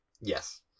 Yes